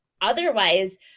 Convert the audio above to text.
otherwise